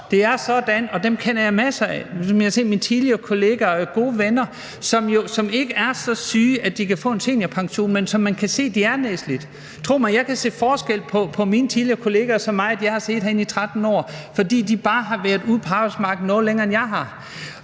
der er nedslidte, og dem kender jeg masser af. Jeg har tidligere kolleger og gode venner, som ikke er så syge, at de kan få en seniorpension, men som man kan se er nedslidte. Tro mig, jeg kan se forskel på mine tidligere kolleger og mig, fordi jeg har siddet herinde i 13 år og de bare har været ude på arbejdsmarkedet noget længere, end jeg har.